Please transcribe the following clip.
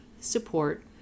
support